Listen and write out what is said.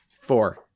Four